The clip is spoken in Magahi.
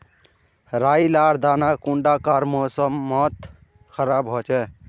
राई लार दाना कुंडा कार मौसम मोत खराब होचए?